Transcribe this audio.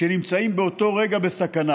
שנמצאים באותו רגע בסכנה.